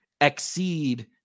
exceed